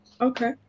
okay